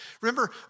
Remember